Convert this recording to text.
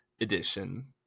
edition